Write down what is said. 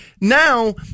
now